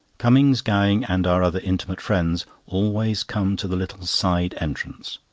cummings, gowing, and our other intimate friends always come to the little side entrance,